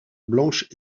blanche